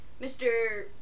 Mr